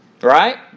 Right